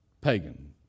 pagan